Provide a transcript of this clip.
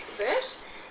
expert